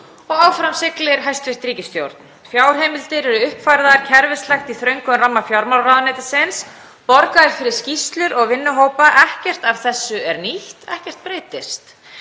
og áfram siglir hæstv. ríkisstjórn. Fjárheimildir eru uppfærðar kerfislægt í þröngum ramma fjármálaráðuneytisins, borgað er fyrir skýrslur og vinnuhópa. Ekkert af þessu er nýtt, ekkert breytist.